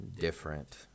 different